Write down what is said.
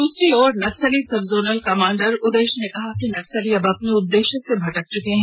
दूसरी ओर नक्सली सब जोनल कमांडर उदेश ने कहा की नक्सली अब अपने उद्देश्य र्स भटक चुके हैं